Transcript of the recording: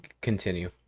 continue